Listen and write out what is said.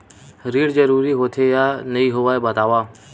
ऋण जरूरी होथे या नहीं होवाए बतावव?